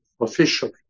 officially